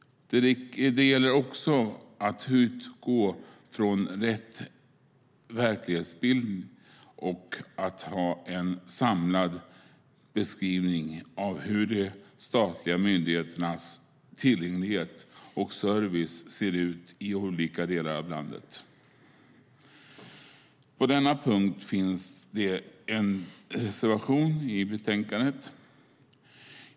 Det gäller också att utgå från rätt verklighetsbild och ha en samlad beskrivning av hur de statliga myndigheternas tillgänglighet och service ser ut i olika delar av landet. På denna punkt finns det en reservation i betänkandet.